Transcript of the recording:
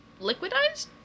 liquidized